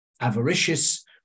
avaricious